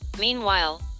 Meanwhile